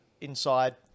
inside